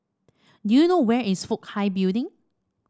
do you know where is Fook Hai Building